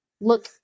Look